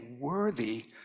worthy